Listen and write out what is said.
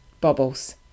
bobbles